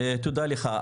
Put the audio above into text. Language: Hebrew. תודה לך,